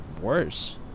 worse